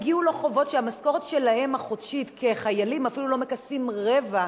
הגיעו לחובות שהמשכורת החודשית שלהם כחיילים אפילו לא מכסה רבע,